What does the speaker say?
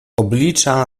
oblicza